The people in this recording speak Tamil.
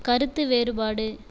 கருத்து வேறுபாடு